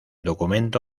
documento